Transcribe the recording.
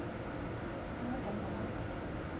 我们要讲什么